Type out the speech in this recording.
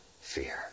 fear